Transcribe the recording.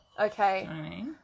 Okay